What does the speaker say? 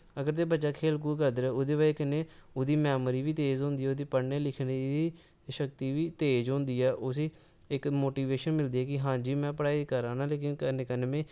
अगर ते बच्चा खेल कूद करदा रौह्ग ओह्दी बजह् कन्नै ओह्दी मैमरी बी तेज होंदी ओह्दी पढ़ने लिखने दी शक्ति बी तेज होंदी ऐ उस्सी इक मोटिवेशन मिलदी ऐ कि में पढ़ाई करा'रना लेकिन कन्नै कन्नै में